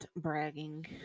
bragging